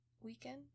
weekend